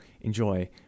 enjoy